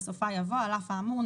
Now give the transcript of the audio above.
בסופה יבוא "על אף האמור,